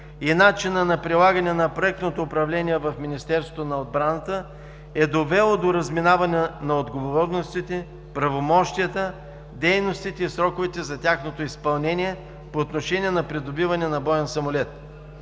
и начина на прилагане на проектното управление в Министерството на отбраната е довело до разминаване на отговорностите, правомощията, дейностите и сроковете за тяхното изпълнение по отношение на придобиване на боен самолет.